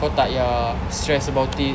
kau tak yah stress about it